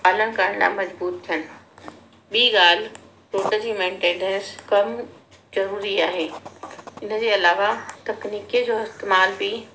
पालन करण लाइ मजबूत थियनि ॿी ॻाल्हि रोड जी मेंटेनेंस कम ज़रूरी आहे इनजे अलावा तकनीकीअ जो इस्तेमाल बि